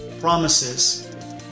promises